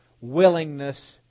willingness